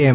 એમ